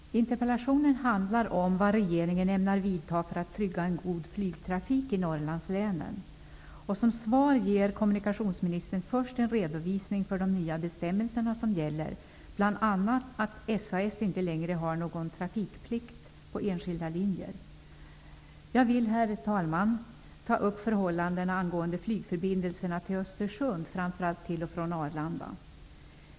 Herr talman! Interpellationen handlar om vad regeringen ämnar göra för att trygga en god flygtrafik i Norrlandslänen. Som svar ger kommunikationsministern en redovisning av de nya bestämmelser som gäller, bl.a. att SAS inte längre har någon trafikplikt på enskilda linjer. Jag vill, herr talman, ta upp flygförbindelserna till Östersund, framför allt de som går till och från Arlanda.